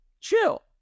chill